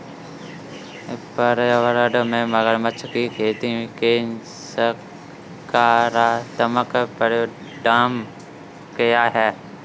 पर्यावरण में मगरमच्छ की खेती के सकारात्मक परिणाम क्या हैं?